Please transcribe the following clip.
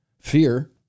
fear